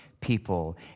people